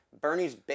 Bernie's